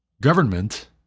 government